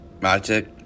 magic